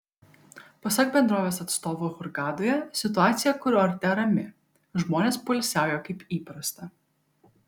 pasak bendrovės atstovų hurgadoje situacija kurorte rami žmonės poilsiauja kaip įprasta